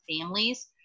families